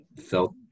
felt